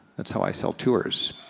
that's how i sell tours.